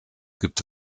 gibt